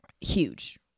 huge